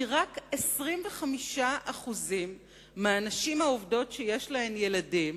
כי רק 25% מהנשים העובדות שיש להן ילדים